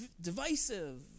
divisive